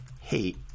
Hate